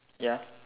ya